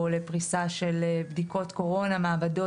אנחנו פעילים ברשת ומתעדכנים אחד מהשני.